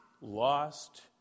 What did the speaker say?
lost